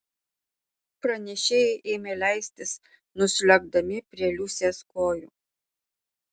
pranešėjai ėmė leistis nusliuogdami prie liusės kojų